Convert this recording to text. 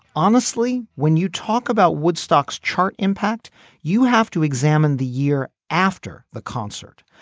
honestly when you talk about woodstock chart impact you have to examine the year after the concert.